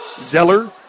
zeller